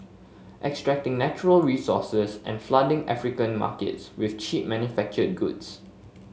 extracting natural resources and flooding African markets with cheap manufactured goods